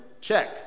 check